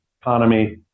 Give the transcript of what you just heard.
economy